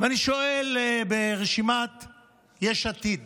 ואני שואל: ברשימת יש עתיד